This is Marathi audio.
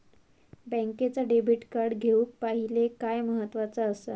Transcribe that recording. बँकेचा डेबिट कार्ड घेउक पाहिले काय महत्वाचा असा?